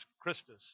Christus